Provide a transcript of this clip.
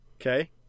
Okay